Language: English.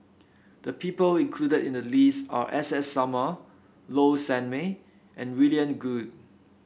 the people included in the list are S S Sarma Low Sanmay and William Goode